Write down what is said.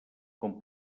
com